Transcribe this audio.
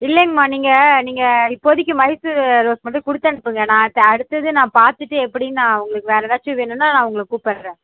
இல்லைங்கம்மா நீங்கள் நீங்கள் இப்போதைக்கி மைசூர் ரோஸ் மட்டும் கொடுத்தனுப்புங்க நான் அடுத்தது நான் பார்த்துட்டு எப்படின்னு நான் உங்களுக்கு வேறு ஏதாச்சும் வேணும்னா நான் உங்களை கூப்பிர்றேன்